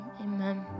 Amen